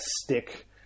stick